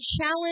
challenge